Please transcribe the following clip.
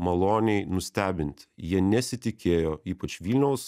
maloniai nustebinti jie nesitikėjo ypač vilniaus